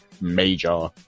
major